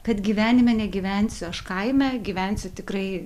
kad gyvenime negyvensiu aš kaime gyvensiu tikrai